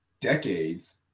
decades